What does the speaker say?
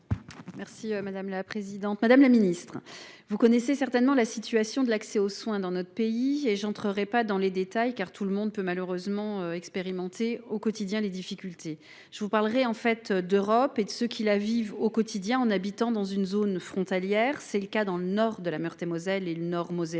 Merci madame la présidente, madame la ministre, vous connaissez certainement la situation de l'accès aux soins dans notre pays et j'entrerai pas dans les détails, car tout le monde peut malheureusement expérimenter au quotidien les difficultés je vous parlerai en fait d'Europe et de ceux qui la vivent au quotidien en habitant dans une zone frontalière, c'est le cas dans le nord de la Meurthe-et-Moselle et le nord mosellan